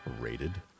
rated